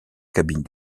cabine